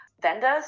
vendors